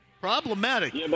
Problematic